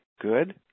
Good